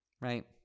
Right